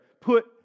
put